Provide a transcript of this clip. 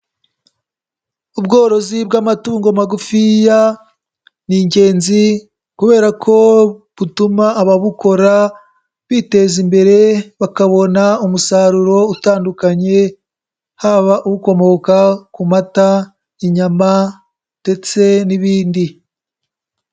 Ubworozi bw'amatungo magufiya ni ingenzi kubera ko butuma ababukora biteza imbere, bakabona umusaruro utandukanye haba ukomoka ku mata, inyama ndetse n'ibindi.